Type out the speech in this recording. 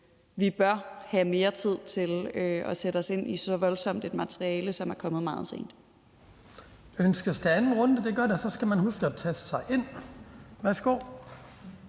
vi bør have mere tid til at sætte os ind i så voldsomt et materiale, som er kommet meget sent.